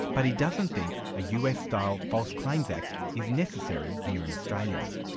but he doesn't think a us-style false claims act is necessary here in australia.